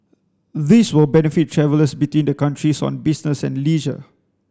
this will benefit travellers between the countries on business and leisure